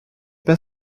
pas